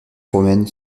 romaine